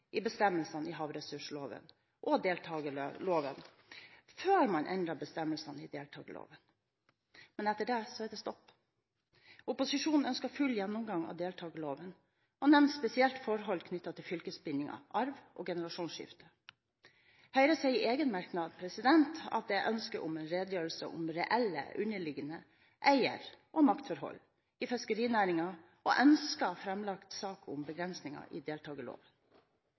bestemmelsene i havressursloven og deltakerloven før man endrer bestemmelsene i deltakerloven. Men etter det er det stopp. Opposisjonen ønsker full gjennomgang av deltakerloven, og nevner spesielt forhold knyttet til fylkesbindingene, arv og generasjonsskifte. Høyre sier i en egen merknad at det er ønske om en redegjørelse om reelle og underliggende eier- og maktforhold i fiskerinæringen og ønsker framlagt sak om begrensningene i deltakerloven.